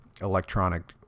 electronic